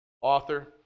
author